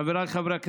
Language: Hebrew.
חבריי חברי הכנסת.